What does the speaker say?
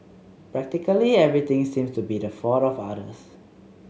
practically everything seems to be the fault of others